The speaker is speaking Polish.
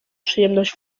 przyjemność